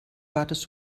wartest